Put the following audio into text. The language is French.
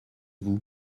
vous